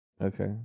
Okay